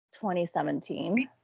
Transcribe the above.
2017